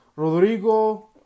Rodrigo